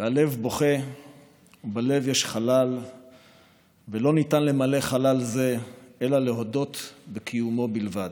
והלב בוכה ובלב יש חלל ולא ניתן למלא חלל זה אלא להודות בקיומו בלבד.